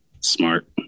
smart